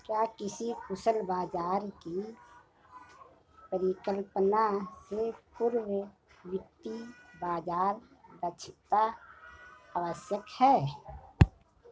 क्या किसी कुशल बाजार की परिकल्पना से पूर्व वित्तीय बाजार दक्षता आवश्यक है?